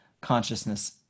consciousness